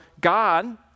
God